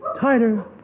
Tighter